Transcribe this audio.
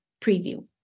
preview